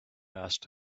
asked